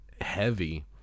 heavy